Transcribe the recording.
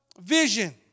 vision